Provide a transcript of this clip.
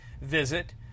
visit